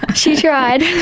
ah she tried.